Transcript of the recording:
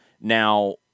Now